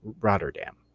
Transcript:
Rotterdam